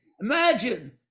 Imagine